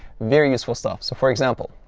very useful stuff. so for example,